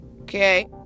okay